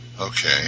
Okay